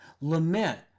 Lament